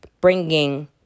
bringing